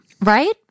Right